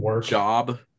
job